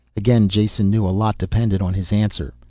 again jason knew a lot depended on his answer.